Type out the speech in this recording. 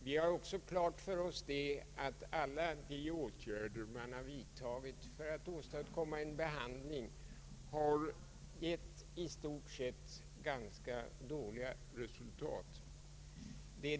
Vi har också klart för oss att de åtgärder man vidtagit för att åstadkomma en framgångsrik behandlingsmetod i stort sett gett ganska dåliga resultat.